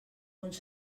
uns